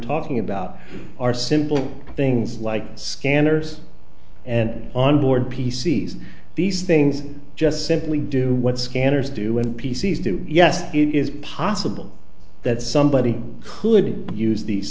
talking about are simple things like scanners and on board p c s these things just simply do what scanners do with p c s do yes it is possible that somebody could use these